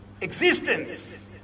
existence